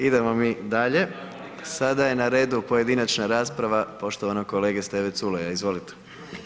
Idemo mi dalje, sada je na redu pojedinačna rasprava poštovanog kolege Steve Culeja, izvolite.